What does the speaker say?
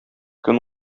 көн